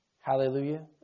Hallelujah